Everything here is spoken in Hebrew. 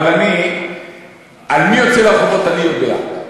אבל מי הוציא לרחובות אני יודע.